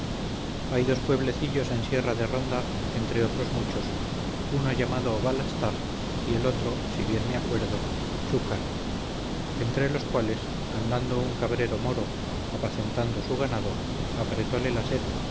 hay dos pueblecillos en sierra de ronda entre otros muchos uno llamado balastar y el otro si bien me acuerdo chucar entre los cuales andando un cabrero moro apacentando su ganado apretándole la